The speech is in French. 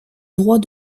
droit